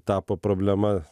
tapo problema